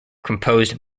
composed